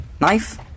Knife